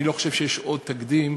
אני חושב שאין עוד תקדים